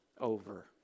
over